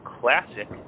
classic